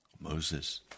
Moses